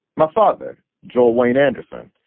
my father, joel wayne anderson.